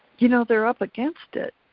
you know they're up against it.